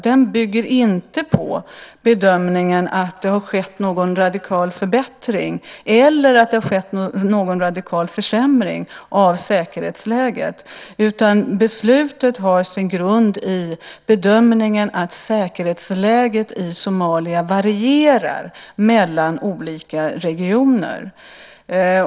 Det bygger inte på bedömningen att det har skett någon radikal förbättring eller någon radikal försämring av säkerhetsläget, utan beslutet har sin grund i bedömningen att säkerhetsläget i Somalia varierar mellan olika regioner.